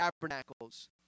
Tabernacles